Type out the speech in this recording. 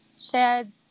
sheds